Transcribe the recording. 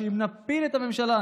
שאם נפיל את הממשלה,